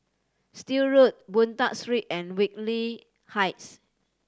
Still Road Boon Tat Street and Whitley Heights